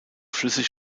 flüssig